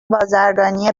بازرگانی